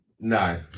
No